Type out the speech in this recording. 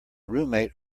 roommate